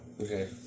Okay